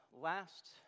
last